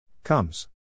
Comes